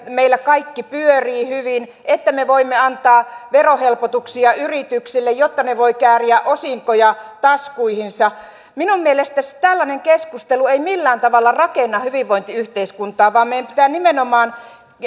meillä kaikki pyörii hyvin että me voimme antaa verohelpotuksia yrityksille jotta ne voivat kääriä osinkoja taskuihinsa minun mielestäni tällainen keskustelu ei millään tavalla rakenna hyvinvointiyhteiskuntaa vaan meidän pitää nimenomaan